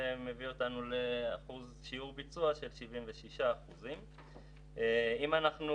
זה מביא אותנו לאחוז שיעור ביצוע של 76%. אם אנחנו